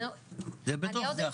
זה בתוך זה.